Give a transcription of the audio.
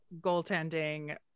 goaltending